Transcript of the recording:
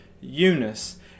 eunice